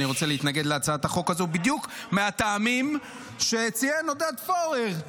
אני רוצה להתנגד להצעת החוק הזאת בדיוק מהטעמים שציין עודד פורר.